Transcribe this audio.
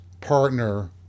partner